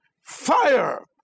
fire